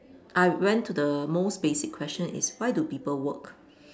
I went to the most basic question is why do people work